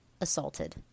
assaulted